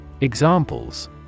Examples